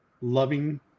loving